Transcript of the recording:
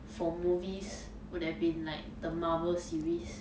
for movies would have been like the marvel series